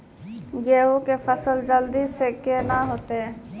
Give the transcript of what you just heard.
गेहूँ के फसल जल्दी से के ना होते?